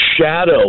shadow